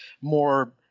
more